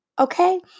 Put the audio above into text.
okay